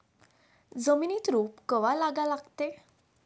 जमिनीत रोप कवा लागा लागते?